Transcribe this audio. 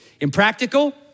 Impractical